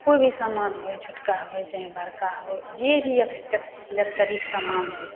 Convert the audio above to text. कोइ भी समान होइ छोटका होइ चाहे बड़का होइ जे भी एलेक एलेक्टरिक समान हो